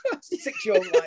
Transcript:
six-year-old